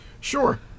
Sure